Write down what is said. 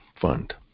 fund